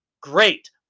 Great